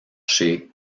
chez